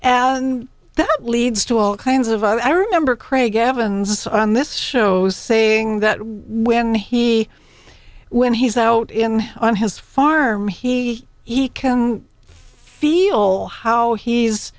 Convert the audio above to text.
and that leads to all kinds of i remember craig evans on this show is saying that when he when he's out in on his farm he he can feel how he's